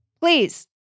Please